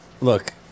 look